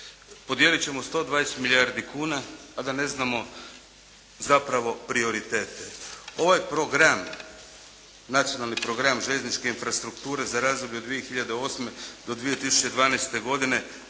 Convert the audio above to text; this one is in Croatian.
Podijelit ćemo 120 milijardi kuna a da ne znamo zapravo prioritete. Ovaj program, nacionalni program željezničke infrastrukture za razdoblje od 2008. do 2012. godine